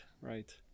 right